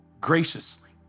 graciously